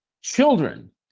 children